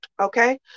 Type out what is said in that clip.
Okay